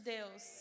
Deus